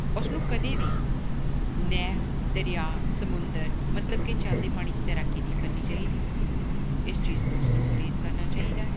ਉਸ ਨੂੰ ਕਦੇ ਵੀ ਨਹਿਰ ਦਰਿਆ ਸਮੁੰਦਰ ਮਤਲਬ ਕਿ ਚੱਲਦੇ ਪਾਣੀ 'ਚ ਤੈਰਾਕੀ ਨਹੀਂ ਕਰਨੀ ਚਾਹੀਦੀ ਇਸ ਚੀਜ਼ ਤੋਂ ਉਸ ਨੂੰ ਗੁਰੇਜ ਕਰਨਾ ਚਾਹੀਦਾ